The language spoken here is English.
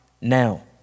now